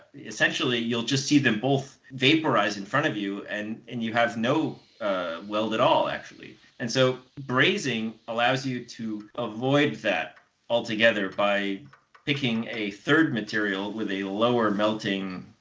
essentially you'll just see them both vaporize in front of you and. and you have no weld at all, actually. and so brazing allows you to avoid that altogether by picking a third material with a lower melting.